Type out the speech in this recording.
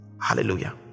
hallelujah